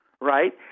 right